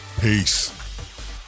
Peace